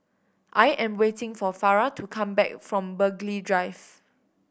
i am waiting for Farrah to come back from Burghley Drive